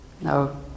No